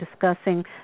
discussing